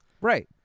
Right